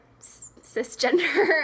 cisgender